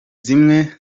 zimwe